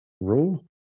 rule